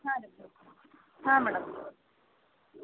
ಹಾಂ ರೀ ಮೇಡಮ್ ಹಾಂ ಮೇಡಮ್